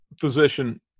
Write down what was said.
physician